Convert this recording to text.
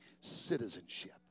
citizenship